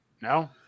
No